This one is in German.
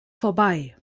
vorbei